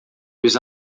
was